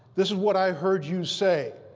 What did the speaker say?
this is what i heard you say.